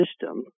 system